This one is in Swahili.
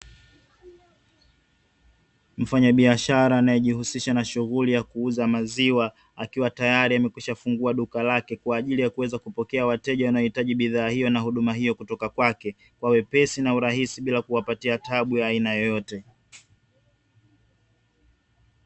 Mfanyabiashara anayejihusisha na shughuli ya kuuza maziwa akiwa tayari amekwisha fungua duka lake, kwajili ya kuweza kupokea wateja wanao hitaji bidhaa hiyo kutoka kwake kwa wepesi na urahisi bila kuwapatia tabu ya aina yoyote.